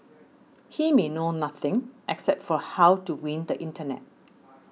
he may know nothing except for how to win the internet